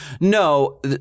No